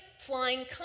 flying